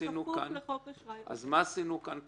בכפוף לחוק אשראי --- אז מה עשינו כאן 25%?